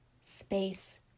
space